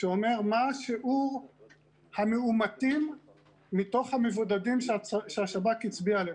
שאומר מה השיעור המאומתים מתוך המבודדים שהשב"כ הצביע עליהם.